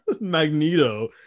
Magneto